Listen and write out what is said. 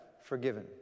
forgiven